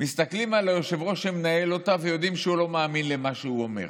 מסתכלים על היושב-ראש שמנהל אותה ויודעים שהוא לא מאמין למה שהוא אומר.